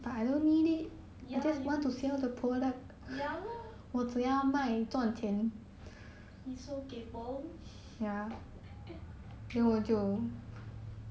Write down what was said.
ya lor like trying to what educate you but man ya you ya lor